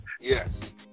Yes